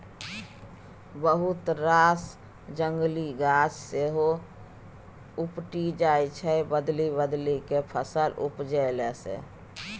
बहुत रास जंगली गाछ सेहो उपटि जाइ छै बदलि बदलि केँ फसल उपजेला सँ